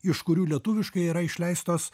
iš kurių lietuviškai yra išleistos